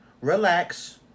relax